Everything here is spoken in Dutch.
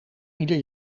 ieder